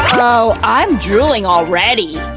ohh, i'm drooling already!